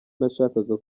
nashakaga